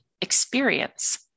experience